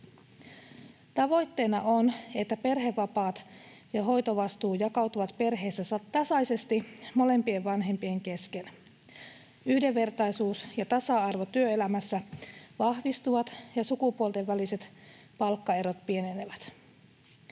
Tavoitteena on, että perhevapaat ja hoitovastuu jakautuvat perheessä tasaisesti molempien vanhempien kesken. Yhdenvertaisuus ja tasa-arvo työelämässä vahvistuvat, ja sukupuolten väliset palkkaerot pienenevät.